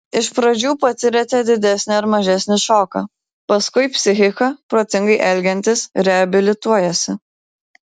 iš pradžių patiriate didesnį ar mažesnį šoką paskui psichika protingai elgiantis reabilituojasi